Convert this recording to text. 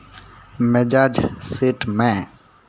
ᱢᱮᱡᱟᱡᱽ set ᱢᱮ